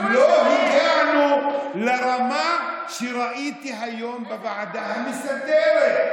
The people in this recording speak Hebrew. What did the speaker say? אבל לא הגענו לרמה שראיתי היום בוועדה המסדרת.